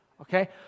okay